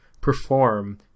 perform